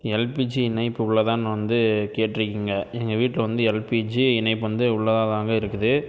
LPG இணைப்பு உள்ளதான்னு வந்து கேட்டிருக்கீங்க எங்கள் வீட்டில் வந்து எல்பிஜி இணைப்பு வந்து உள்ளதாதாங்க இருக்குது